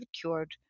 cured